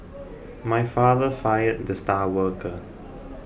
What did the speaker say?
my father fired the star worker